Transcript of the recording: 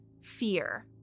fear